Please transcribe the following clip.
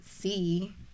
see